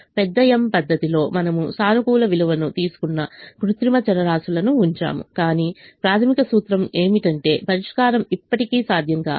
పెద్ద m పద్ధతిలో మనము సానుకూల విలువను తీసుకున్న కృత్రిమ చరరాశులను ఉంచాము కాని ప్రాథమిక సూత్రం ఏమిటంటే పరిష్కారం ఇప్పటికీ సాధ్యం కాదు